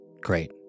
Great